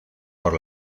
por